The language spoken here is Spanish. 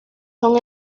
son